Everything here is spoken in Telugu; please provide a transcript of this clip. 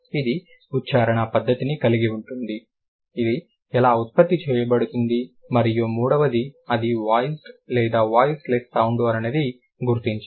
ఇది ఉచ్చారణ పద్ధతిని కలిగి ఉంటుంది ఇది ఎలా ఉత్పత్తి చేయబడుతుంది మరియు మూడవది అది వాయిస్డ్ లేదా వాయిస్లేస్ సౌండ్ అనునది గుర్తించాలి